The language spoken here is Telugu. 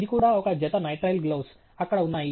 ఇది కూడా ఒక జత నైట్రిల్ గ్లోవ్స్ అక్కడ ఉన్నాయి